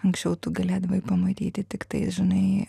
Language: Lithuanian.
anksčiau tu galėdavai pamatyti tiktai žinai